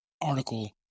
article